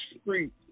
street